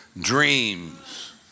dreams